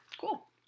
cool